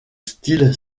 style